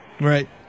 Right